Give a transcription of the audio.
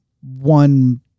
one